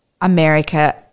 America –